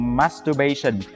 masturbation